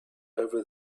over